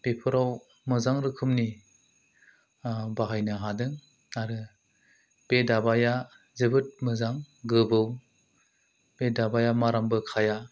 बेफोराव मोजां रोखोमनि बाहायनो हादों आरो बे दाबाया जोबोद मोजां गोबौ बे दाबाया मारामबो खाया